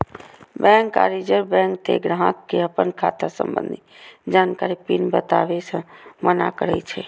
bank आ reserve bank तें ग्राहक कें अपन खाता संबंधी जानकारी, पिन बताबै सं मना करै छै